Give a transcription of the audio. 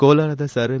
ಕೋಲಾರದ sir M